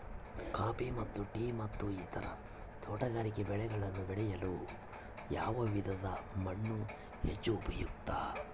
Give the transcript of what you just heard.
Coffee ಮತ್ತು tea ಮತ್ತು ಇತರ ತೋಟಗಾರಿಕೆ ಬೆಳೆಗಳನ್ನು ಬೆಳೆಯಲು ಯಾವ ವಿಧದ ಮಣ್ಣು ಹೆಚ್ಚು ಉಪಯುಕ್ತ?